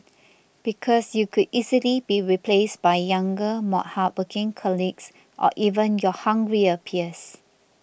because you could easily be replaced by younger more hard working colleagues or even your hungrier peers